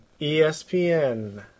ESPN